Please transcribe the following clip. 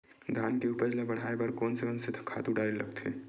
धान के उपज ल बढ़ाये बर कोन से खातु डारेल लगथे?